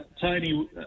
Tony